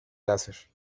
láser